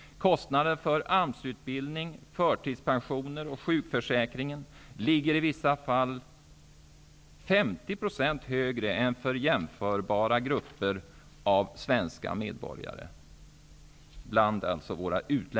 Kostnaden för AMS-utbildning, förtidspensioner och sjukförsäkring är för våra utländska medborgare i vissa fall 50 % högre än för jämförbara grupper av svenska medborgare.